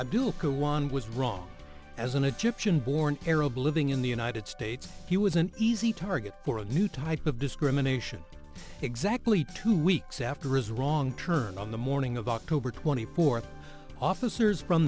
cohen was wrong as an egyptian born arab living in the united states he was an easy target for a new type of discrimination exactly two weeks after is wrong turn on the morning of october twenty fourth officers